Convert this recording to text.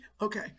Okay